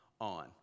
On